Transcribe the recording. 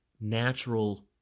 Natural